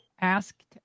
asked